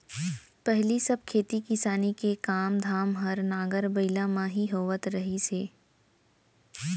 पहिली सब खेती किसानी के काम धाम हर नांगर बइला म ही होवत रहिस हे